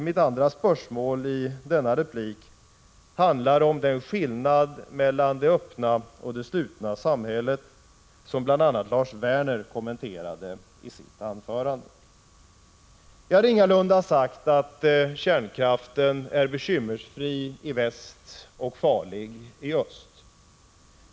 Mitt andra spörsmål i denna replik handlar om den skillnad mellan det öppna och det slutna samhället som bl.a. Lars Werner kommenterade i sitt anförande. Jag har ingalunda sagt att kärnkraften är bekymmersfri i väst och farligi öst.